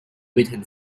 written